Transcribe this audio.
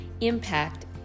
impact